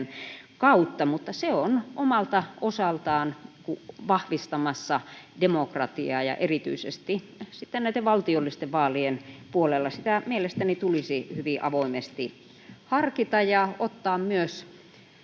kautta, mutta se on omalta osaltaan vahvistamassa demokratiaa, ja erityisesti sitten näiden valtiollisten vaalien puolella sitä mielestäni tulisi hyvin avoimesti harkita ja ottaa myös